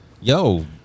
Yo